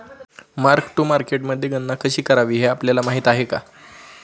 Mark to मार्केटमध्ये गणना कशी करावी हे आपल्याला माहित आहे का?